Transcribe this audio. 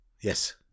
yes